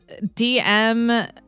DM